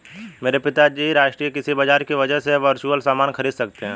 मेरे पिताजी राष्ट्रीय कृषि बाजार की वजह से अब वर्चुअल सामान खरीद सकते हैं